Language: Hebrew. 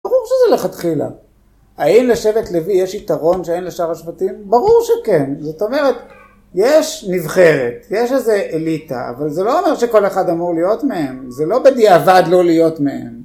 ברור שזה לכתחילה, האם לשבט לוי יש יתרון שאין לשאר השבטים? ברור שכן, זאת אומרת, יש נבחרת, יש איזו אליטה, אבל זה לא אומר שכל אחד אמור להיות מהם, זה לא בדיעבד לא להיות מהם.